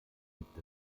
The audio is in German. gibt